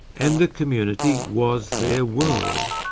and the community was their world.